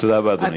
תודה רבה, אדוני.